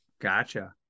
Gotcha